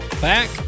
back